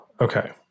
Okay